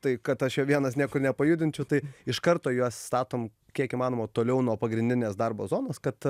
tai kad aš jo vienas niekur nepajudinčiau tai iš karto juos statom kiek įmanoma toliau nuo pagrindinės darbo zonos kad